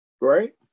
Right